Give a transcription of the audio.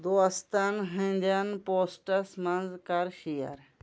دوستَن ہٕنٛدٮ۪ن پوسٹَس منٛز کَر شِیر